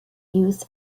use